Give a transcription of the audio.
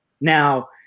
Now